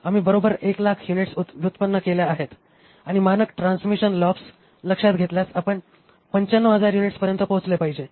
आम्ही बरोबर 100000 युनिट्स व्युत्पन्न केल्या आहेत आणि मानक ट्रान्समिशन लॉप्स लक्षात घेतल्यास आपण 95000 युनिट्स पर्यंत पोचले पाहिजे